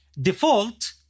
default